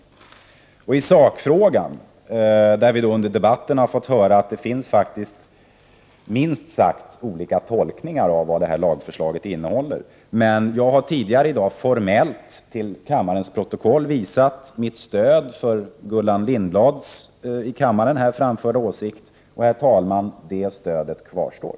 När det gäller sakfrågan har vi under dagens debatt fått höra att det faktiskt finns, minst sagt, olika tolkningar av innehållet i förslaget. Men jag har tidigare formellt till kammarens protokoll fått antecknat mitt stöd för Gullan Lindblads här framförda åsikt. Och, herr talman, detta mitt stöd kvarstår.